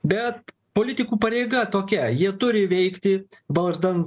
bet politikų pareiga tokia jie turi veikti vardan